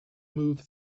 move